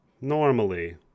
Normally